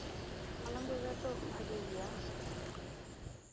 ᱚᱱᱟ ᱵᱮᱜᱚᱨ ᱫᱚ ᱵᱷᱟᱜᱮ ᱜᱮᱭᱟ